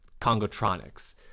Congotronics